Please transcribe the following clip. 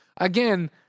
again